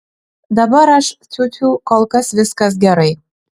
dabar aš tfu tfu kol kas viskas gerai